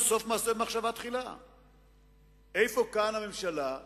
סגן יושב-ראש הכנסת מישראל ביתנו,